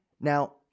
Now